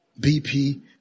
bp